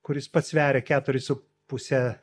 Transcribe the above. kuris pats sveria keturis su puse